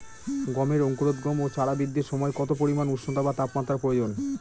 গমের অঙ্কুরোদগম ও চারা বৃদ্ধির সময় কত পরিমান উষ্ণতা বা তাপমাত্রা প্রয়োজন?